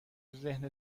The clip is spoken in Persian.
ذهن